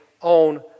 on